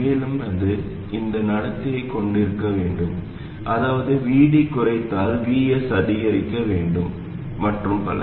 மேலும் அது இந்த நடத்தையை கொண்டிருக்க வேண்டும் அதாவது VD குறைத்தால் Vs அதிகரிக்க வேண்டும் மற்றும் பல